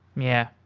yeah.